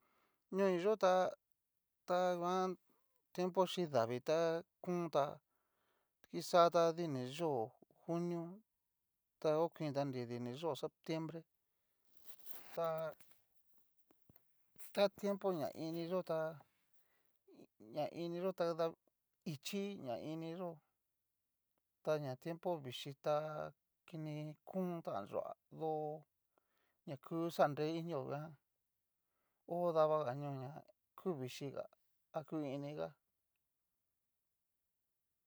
Ñoo'i yó ta tanguean tiempo xhi davii tá. konta kuxata dini yó juniota okuinta nri dini yó septiembre, ta ta tiempo ña ini yó tá ña ini yó ta da ichíi ña ini yó'o, ta na timepo vichii ta kini kon ta yú'a do. na ku xanre inio nguan, ho davaga ñoo na ku vichíiga a ku iniga.